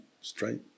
straight